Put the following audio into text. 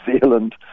Zealand